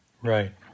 Right